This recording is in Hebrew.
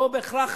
לא בהכרח,